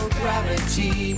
gravity